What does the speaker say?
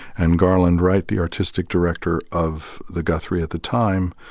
and garland wright, the artistic director of the guthrie at the time,